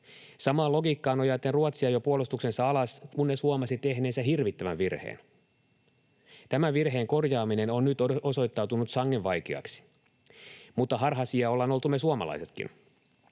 Samaan logiikkaan nojaten Ruotsi ajoi puolustuksensa alas, kunnes huomasi tehneensä hirvittävän virheen. Tämän virheen korjaaminen on nyt osoittautunut sangen vaikeaksi. Mutta harhaisia ollaan oltu me suomalaisetkin.